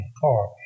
car